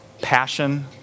passion